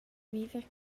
viver